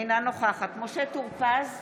אינה נוכחת משה טור פז,